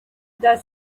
that